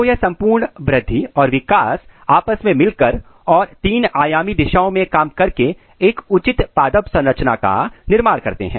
तो यह संपूर्ण वृद्धि और विकास आपस में मिलकर और तीन आयामी दिशाओं में काम कर के एक उचित पादप संरचना का निर्माण करते हैं